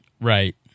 Right